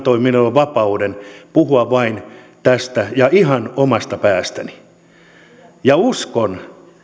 minulle vapauden puhua tästä ihan omasta päästäni uskon